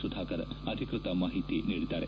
ಸುಧಾಕರ್ ಅಧಿಕೃತ ಮಾಹಿತಿ ನೀಡಿದ್ದಾರೆ